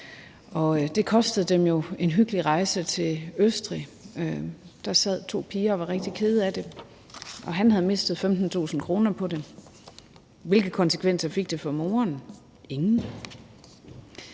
Det kostede dem jo en hyggelig rejse til Østrig, og der sad to piger og var rigtig kede af det, og han havde mistet 15.000 kr. på det. Hvilke konsekvenser fik det for moren? Ingen.